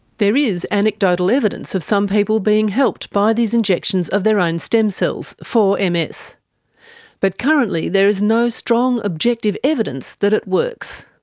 there is anecdotal evidence of some people being helped by these injections of their own stem cells, for ms. but currently there is no strong objective evidence that it works.